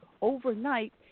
overnight